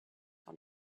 dans